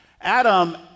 Adam